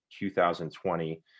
2020